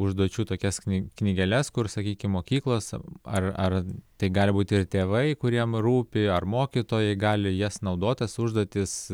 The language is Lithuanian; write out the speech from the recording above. užduočių tokias knygų knygeles kur sakykim mokyklos savo ar ar tai gali būti ir tėvai kuriems rūpi ar mokytojai gali jas naudot tas užduotis